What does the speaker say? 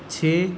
چھ